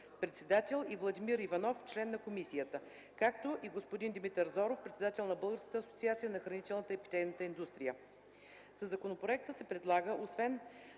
председател, и Владимир Иванов – член на комисията, както и господин Димитър Зоров – председател на Българската асоциация на хранителната и питейна индустрия. Със законопроекта се предлага освен